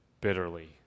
bitterly